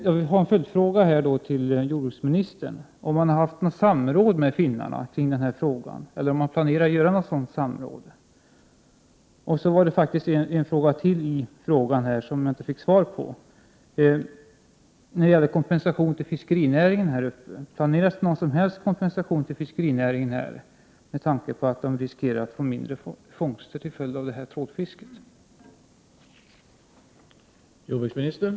Jag har en följdfråga till jordbruksministern: Har det varit samråd med finnarna i denna fråga, eller planeras sådant samråd? Sedan är det faktiskt en fråga till som jag inte har fått något svar på och som gäller kompensationen till fiskenäringen i norr: Har man några som helst planer på kompensation till fiskerinäringen i norr med tanke på att man där uppe löper risken att få mindre fångster till följd till tråd eller trålfisket?